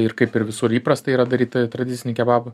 ir kaip ir visur įprasta yra daryti tradicinį kebabą